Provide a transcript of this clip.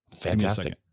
Fantastic